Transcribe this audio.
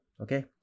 okay